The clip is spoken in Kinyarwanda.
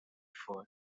phone